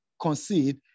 concede